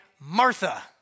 Martha